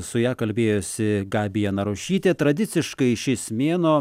su ja kalbėjosi gabija narušytė tradiciškai šis mėnuo